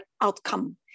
outcome